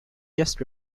just